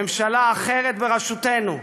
ממשלה אחרת, בראשותנו,